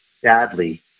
sadly